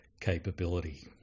capability